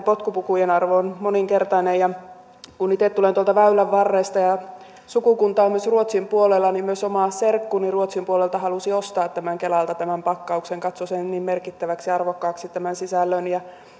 potkupukujen arvo on moninkertainen kun itse tulen tuolta väylän varresta ja ja sukukuntaa on myös ruotsin puolella niin myös oma serkkuni ruotsin puolelta halusi ostaa kelalta tämän pakkauksen katsoi sen niin merkittäväksi ja arvokkaaksi tämän sisällön